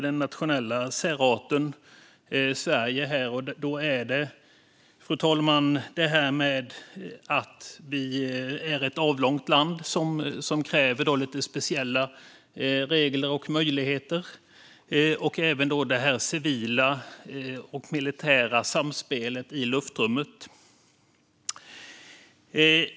Det handlar om Sveriges nationella särart, fru talman, och att Sverige är ett avlångt land som kräver lite speciella regler och möjligheter. Det handlar även om det civila och militära samspelet i luftrummet.